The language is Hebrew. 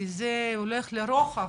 כי זה הולך לרוחב,